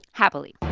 happily